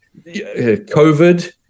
COVID